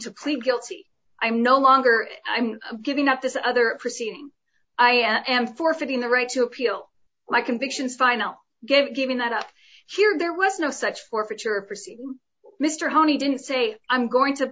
to plead guilty i'm no longer i'm giving up this other proceeding i am forfeiting the right to appeal my convictions finally give given that up here there was no such forfeiture proceeding mr hony didn't say i'm going to